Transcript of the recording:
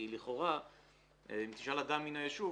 כי לכאורה אם תשאל אדם מן היישוב,